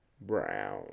Brown